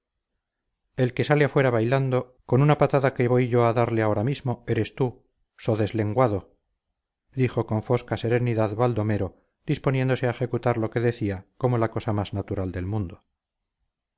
el que sale afuera bailando con una patada que voy yo a darte ahora mismo eres tú so deslenguado dijo con fosca serenidad baldomero disponiéndose a ejecutar lo que decía como la cosa más natural del mundo